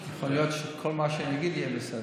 רגע, יכול להיות שכל מה שאני אגיד יהיה בסדר,